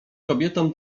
kobietom